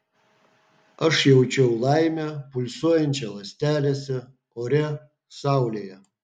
aš jaučiau laimę pulsuojančią ląstelėse ore saulėje